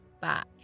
back